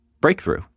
breakthrough